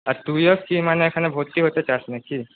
আর তুইও কি মানে এখানে ভর্তি হতে চাস নাকি